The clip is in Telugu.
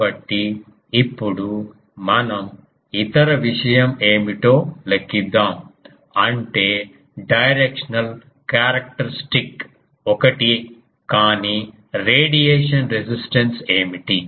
కాబట్టి ఇప్పుడు మనం ఇతర విషయం ఏమిటో లెక్కిద్దాం అంటే డైరెక్షనల్ క్యారెక్టరిస్టిక్ ఒకటే కాని రేడియేషన్ రెసిస్టెన్స్ ఏమిటి